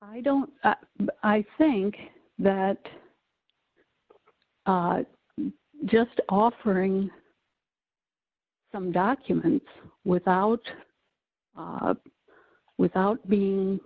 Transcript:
i don't i think that just offering some documents without without being